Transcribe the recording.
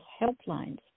helplines